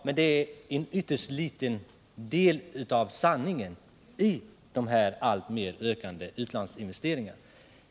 Men det är en ytterst liten del av sanningen om de här alltmer ökande utlandsinvesteringarna.